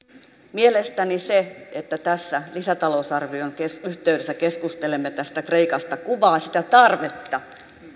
mielestäni se että tässä lisätalousarvion yhteydessä keskustelemme tästä kreikasta kuvaa sitä tarvetta